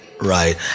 Right